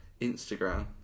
Instagram